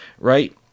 Right